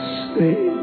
stay